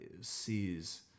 sees